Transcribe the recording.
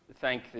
thank